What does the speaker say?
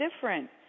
different